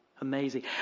Amazing